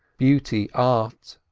beauty, art,